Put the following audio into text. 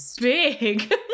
big